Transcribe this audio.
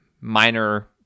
minor